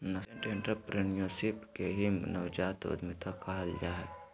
nascent entrepreneurship के ही नवजात उद्यमिता कहल जा हय